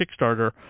kickstarter